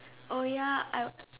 oh ya I